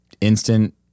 instant